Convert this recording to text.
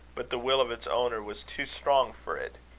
but the will of its owner was too strong for it.